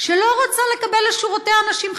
שלא רוצה לקבל לשורותיה אנשים חדשים.